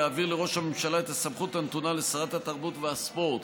להעביר לראש הממשלה את הסמכות הנתונה לשרת התרבות והספורט,